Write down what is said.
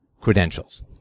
credentials